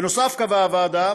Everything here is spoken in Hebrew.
בנוסף, קבעה הוועדה